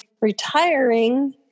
retiring